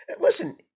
listen –